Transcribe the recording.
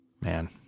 Man